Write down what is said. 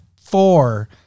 four